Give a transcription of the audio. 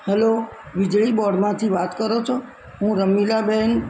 hello વીજળી બોર્ડમાંથી વાત કરો છો હું રમીલાબેન